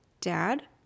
dad